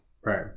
right